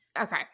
Okay